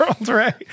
right